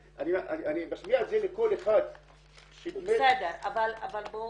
אני משמיע את זה לכל אחד --- בסדר, אבל בוא